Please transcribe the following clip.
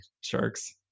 Sharks